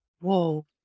Whoa